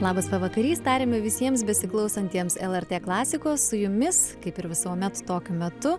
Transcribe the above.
labas pavakarys tariame visiems besiklausantiems lrt klasikos su jumis kaip ir visuomet tokiu metu